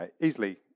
easily